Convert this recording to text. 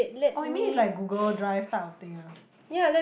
orh you mean is like Google Drive type of thing ah